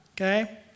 okay